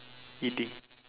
eating